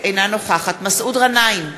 אינה נוכחת מסעוד גנאים,